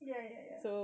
ya ya ya